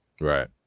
Right